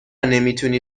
نمیتونی